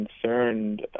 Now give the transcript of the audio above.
concerned